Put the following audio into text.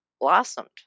blossomed